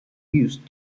used